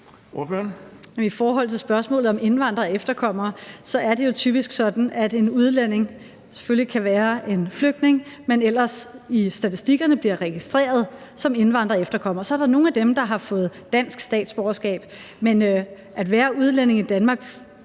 I forhold til spørgsmålet om indvandrere og efterkommere er det jo typisk sådan, at udlændinge selvfølgelig kan være flygtninge, men ellers i statistikkerne bliver registreret som indvandrere og efterkommere. Så er der nogle af dem, der har fået dansk statsborgerskab. Men at være udlænding i Danmark